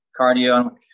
cardio